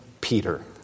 Peter